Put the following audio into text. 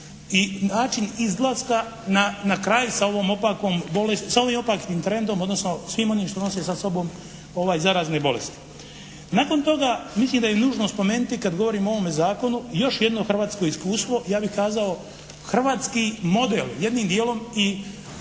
i način izlaska na kraj sa ovim opakim trendom odnosno svim onim što nose sa sobom ove zarazne bolesti. Nakon toga mislim da je nužno spomenuti kad govorimo o ovome zakonu još jedno hrvatsko iskustvo, ja bih kazao hrvatski model, jednim djelom i